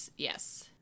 Yes